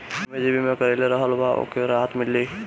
एमे जे बीमा करवले रहल बा ओके राहत मिल जाई